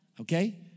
Okay